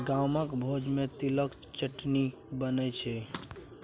गामक भोज मे तिलक चटनी बनै छै